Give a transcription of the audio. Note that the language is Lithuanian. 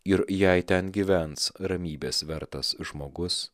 ir jei ten gyvens ramybės vertas žmogus